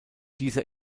diese